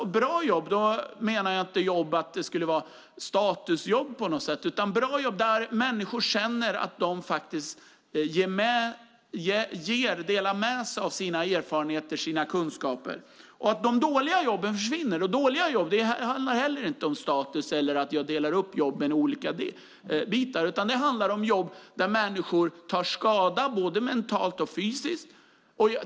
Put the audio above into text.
Med "bra jobb" menar jag inte att det skulle vara statusjobb på något sätt, utan bra jobb där människor känner att de delar med sig av sina erfarenheter och kunskaper. De dåliga jobben försvinner. "Dåliga jobb" handlar inte heller om status eller att jag delar upp jobben i olika bitar, utan det handlar om jobb där människor tar skada både mentalt och fysiskt.